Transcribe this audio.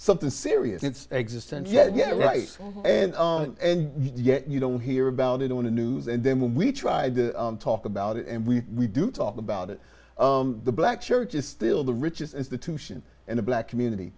something serious and exists and yet right and and yet you don't hear about it on the news and then when we tried to talk about it and we we do talk about it the black church is still the richest institution in the black community